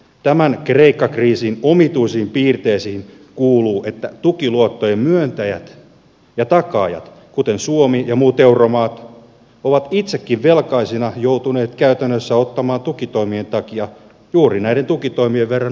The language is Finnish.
tämän kreikka kriisin omituisiin piirteisiin kuuluu että tukiluottojen myöntäjät ja takaajat kuten suomi ja muut euromaat ovat itsekin velkaisina käytännössä joutuneet tukitoimien takia ottamaan juuri näiden tukitoimien verran uutta velkaa